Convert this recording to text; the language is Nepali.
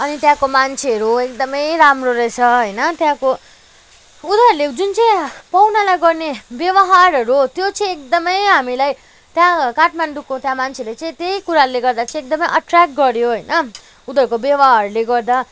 अनि त्यहाँको मान्छेहरू एकदमै राम्रो रहेछ होइन त्यहाँको उनीहरूले जुन चाहिँ पाहुनालाई गर्ने व्यवहारहरू त्यो चाहिँ एकदमै हामीलाई त्यहाँ काठमाडौँको त्यहाँ मान्छेले चाहिँ त्यही कुराले गर्दा चाहिँ एकदमै एट्य्राक गर्यो होइन उनीहरूको व्यवहारले गर्दा